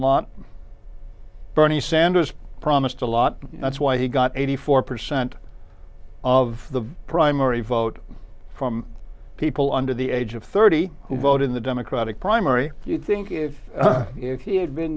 lot bernie sanders promised a lot that's why he got eighty four percent of the primary vote from people under the age of thirty who vote in the democratic primary do you think if he had been